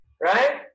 Right